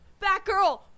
Batgirl